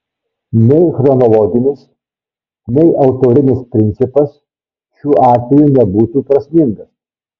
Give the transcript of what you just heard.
nei chronologinis nei autorinis principas šiuo atveju nebūtų prasmingas